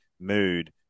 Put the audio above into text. mood